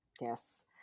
Yes